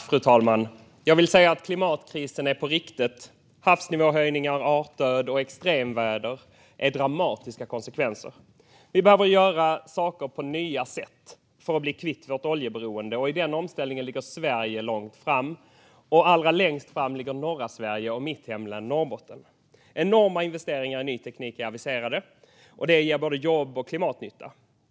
Fru talman! Klimatkrisen är på riktigt. Havsnivåhöjningar, artdöd och extremväder är dramatiska konsekvenser. Vi behöver göra saker på nya sätt för att bli kvitt vårt oljeberoende. I den omställningen ligger Sverige långt fram. Allra längst fram ligger norra Sverige och mitt hemlän Norrbotten. Enorma investeringar i ny teknik är aviserade. Det ger både jobb och klimatnytta.